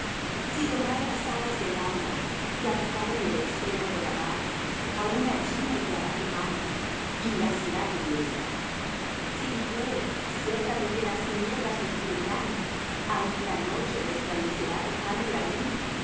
si tomare las alas del alba y habitare en el extremo de la mar aun allí me guiará tu mano y me asirá tu diestra si dijere ciertamente las tinieblas me encubrirán aun la noche resplandecerá tocante á mí